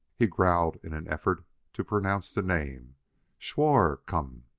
he growled in an effort to pronounce the name szhwarr come!